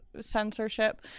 censorship